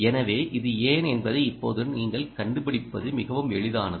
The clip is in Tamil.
எனவே இது ஏன் என்பதை இப்போது நீங்கள் கண்டுபிடிப்பது மிகவும் எளிதானது